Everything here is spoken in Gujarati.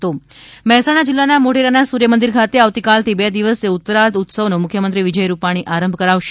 ઉત્તરાર્ધ ઉત્સવ મહેસાણા જીલ્લાના મોઢેરાના સૂર્યમંદિર ખાતે આવતીકાલથી બે દિવસીય ઉત્તરાર્ધ ઉત્સવનો મુખ્યમંત્રી વિજય રૂપાણી આરંભ કરાવશે